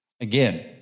Again